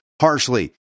harshly